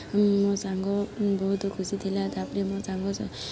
ମୋ ସାଙ୍ଗ ବହୁତ ଖୁସି ଥିଲା ତା'ପରେ ମୋ ସାଙ୍ଗ ସହ